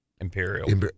Imperial